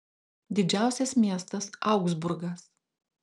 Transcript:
didžiausias miestas augsburgas